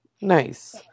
Nice